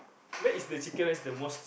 that is the chicken rice the most